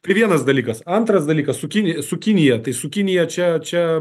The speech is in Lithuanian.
tai vienas dalykas antras dalykas su kini su kinija tai su kinija čia čia